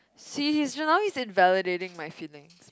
see he's enjoying invalidating my feelings